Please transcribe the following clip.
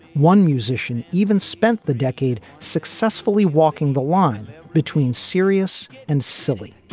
one musician even spent the decade successfully walking the line between serious and silly